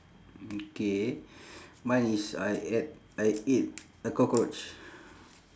mm K mine is I ate I eat a cockroach